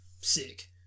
Sick